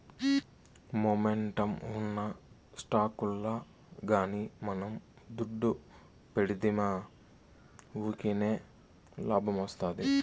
momentum ఉన్న స్టాకుల్ల గానీ మనం దుడ్డు పెడ్తిమా వూకినే లాబ్మొస్తాది